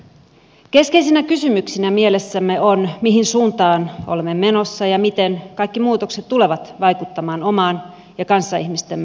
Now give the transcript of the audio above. keskeisinä kysymyksinä mielessämme on mihin suuntaan olemme menossa ja miten kaikki muutokset tulevat vaikuttamaan omaan ja kanssaihmistemme elämään